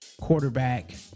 quarterback